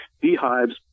beehives